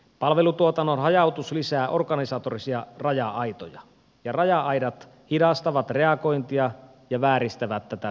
palvelutuotannon hajautus lisää organisatorisia raja aitoja ja raja aidat hidastavat reagointia ja vääristävät tätä tilannekuvaa